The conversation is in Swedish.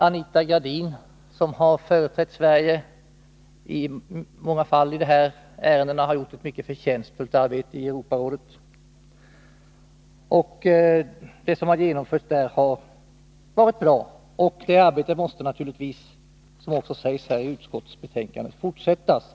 Anita Gradin, som i många fall har företrätt Sverige i de här ärendena, har gjort ett mycket förtjänstfullt arbete i Europarådet. Det som har gjorts där har varit bra, och det arbetet måste naturligtvis fortsätta — vilket också sägs i utskottets betänkande.